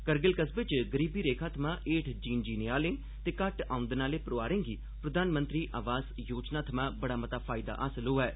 करगिल कस्बे च गरीबी रेखा सोआं हेठ जीन जीने आह्ले ते घट्ट औंदन आह्ले परोआरें गी प्रधानमंत्री आवास योजना थमां बड़ा मता फायदा हासल होआ ऐ